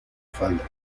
falda